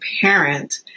parent